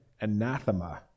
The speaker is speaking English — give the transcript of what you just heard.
anathema